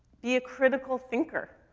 be a critical thinker,